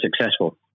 successful